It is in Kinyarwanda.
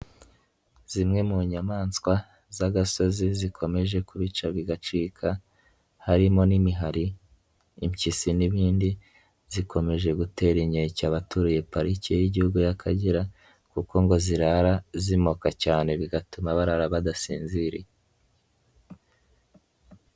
Zimwe mu nyamaswa z'agasozi zikomeje kubica bigacika, harimo n'imihari, impyisi n'ibindi, zikomeje gutera inkeke abaturiye parike y'igihugu y'Akagera kuko ngo zirara zimoka cyane bigatuma barara badasinziriye.